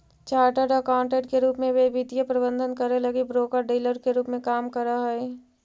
chartered accountant के रूप में वे वित्तीय प्रबंधन करे लगी ब्रोकर डीलर के रूप में काम करऽ हई